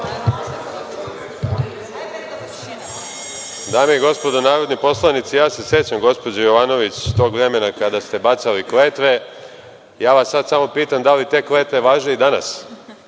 Dame i gospodo narodni poslanici, sećam se gospođo Jovanović tog vremena kada ste bacali kletve. Sada vas samo pitam, da li te kletve važe i danas